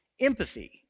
Empathy